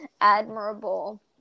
admirable